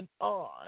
on